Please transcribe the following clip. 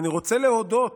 אני רוצה להודות